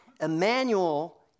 Emmanuel